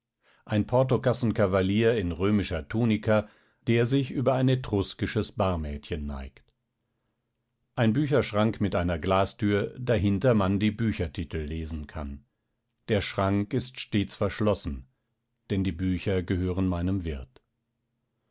ein portokassenkavalier in römischer tunika der sich über ein etruskisches barmädchen neigt ein bücherschrank mit einer glastür dahinter man die büchertitel lesen kann der schrank ist stets verschlossen denn die bücher gehören meinem wirt